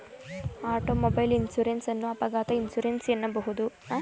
automobile insurance ಅನ್ನು ಅಪಘಾತ insurance ಎನ್ನಬಹುದು